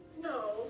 No